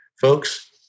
folks